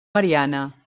mariana